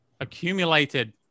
accumulated